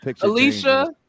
Alicia